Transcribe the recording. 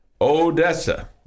Odessa